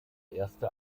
erste